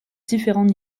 différents